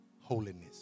holiness